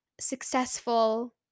successful